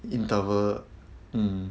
interval